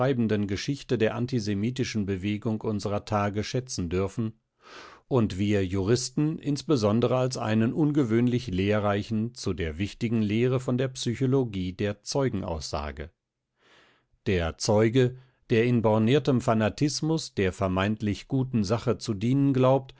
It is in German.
geschichte der antisemitischen bewegung unserer tage schätzen dürfen und wir juristen insbesondere als einen ungewöhnlich lehrreichen zu der wichtigen lehre von der psychologie der zeugenaussage der zeuge der in borniertem fanatismus der vermeintlich guten sache zu dienen